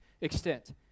extent